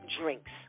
drinks